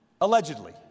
Allegedly